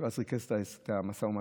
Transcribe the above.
שהוא אז ריכז את המשא ומתן,